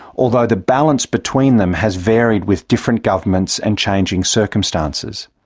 although the balance between them has varied with different governments and changing circumstances.